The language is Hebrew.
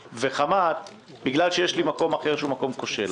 וחמת בגלל שיש לי מקום אחר שהוא מקום כושל.